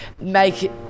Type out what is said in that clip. make